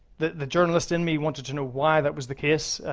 the the journalist in me wanted to know why that was the case.